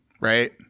right